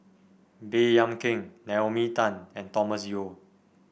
Baey Yam Keng Naomi Tan and Thomas Yeo